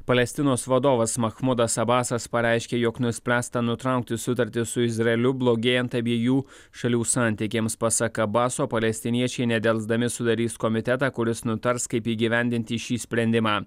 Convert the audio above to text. palestinos vadovas machmudas basas pareiškė jog nuspręsta nutraukti sutartį su izraeliu blogėjant abiejų šalių santykiams pasak abaso palestiniečiai nedelsdami sudarys komitetą kuris nutars kaip įgyvendinti šį sprendimą